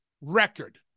record